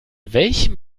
welchem